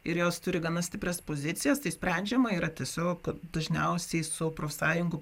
ir jos turi gana stiprias pozicijas tai sprendžiama yra tiesiog dažniausiai su profsąjungų